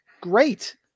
great